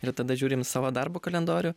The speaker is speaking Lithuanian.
ir tada žiūrim į savo darbo kalendorių